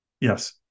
yes